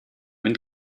wind